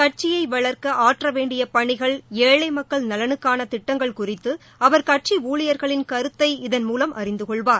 கட்சியை வளர்க்க ஆற்ற வேண்டிய பணிகள் ஏழை மக்கள் நலனுக்கான திட்டங்கள் குறித்து அவர் கட்சி ஊழிபர்களின் கருத்தை இதள் மூலம் அறிந்து கொள்வார்